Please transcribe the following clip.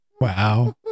wow